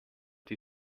die